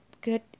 good